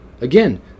Again